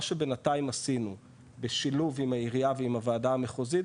מה שבינתיים עשינו בשילוב עם העירייה ועם הוועדה המחוזית,